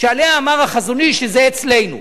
שעליה אמר ה"חזון אי"ש" שזה אצלנו,